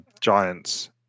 giants